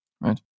right